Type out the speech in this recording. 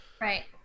right